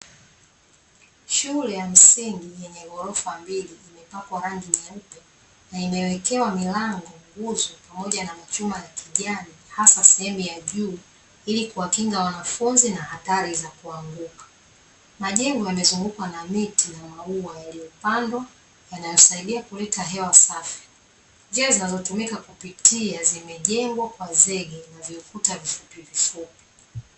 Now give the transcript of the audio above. Shule ya msingi yenye ghorofa mbili imepakwa rangi nyeupe, na inawekewa milango, nguzo pamoja na machuma ya kijani hasa sehemu ya juu, ili kuwakinga wanafunzi na hatari za kuanguka. Majengo yamezungukwa na miti na maua yaliyopandwa yanayosaidia kuleta hewa safi, njia zinazotumika kupitia zimejengwa kwa zege na viukuta vifupi vifupi.